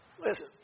Listen